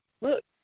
look